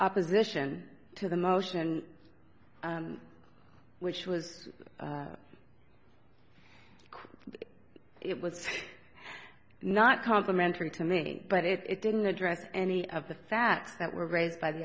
opposition to the motion which was quick it was not complimentary to me but it didn't address any of the facts that were raised by the